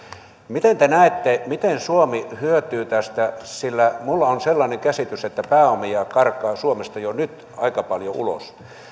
miten te näette miten suomi hyötyy tästä sillä minulla on sellainen käsitys että pääomia karkaa suomesta jo nyt aika paljon ulos